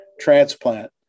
transplant